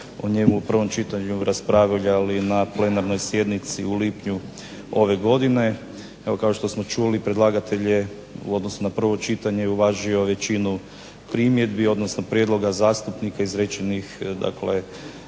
o njemu u prvom čitanju raspravljali na plenarnoj sjednici u lipnju ove godine, evo kao što smo čuli predlagatelj je u odnosu na prvo čitanje uvažio većinu primjedbi, odnosno prijedloga zastupnika izrečenih dakle